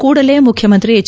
ಕೂಡಲೇ ಮುಖ್ಯಮಂತ್ರಿ ಎಚ್